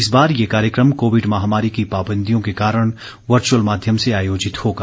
इस बार ये कार्यक्रम कोविड महामारी की पाबंदियों के कारण वर्चुअल माध्यम से आयोजित होगा